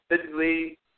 physically